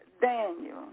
Daniel